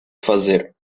fazer